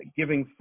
giving